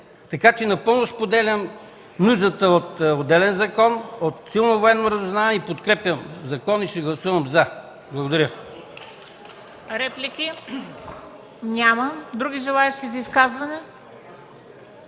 Така че напълно споделям нуждата от отделен закон, от силно военно разузнаване, подкрепям закона и ще гласувам „за”. Благодаря.